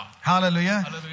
Hallelujah